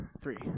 three